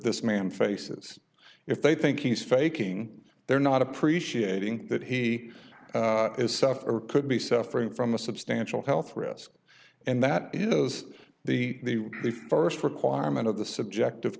this man faces if they think he's faking they're not appreciating that he is sufferer could be suffering from a substantial health risk and that is the st requirement of the subject of